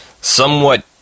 somewhat